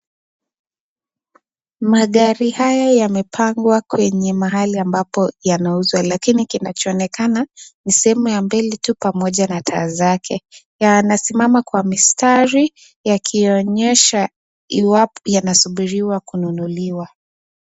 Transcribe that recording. Magari haya yamepangwa kwenye mahali ambapo yanauzwa lakini kinachoonekana ni sehemu ya mbele tu pamoja na taa zake yanasimama kwa mistari yakionyesha iwapo yanasubiriwa kununuliwa.